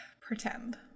Pretend